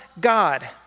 God